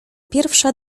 pierwsza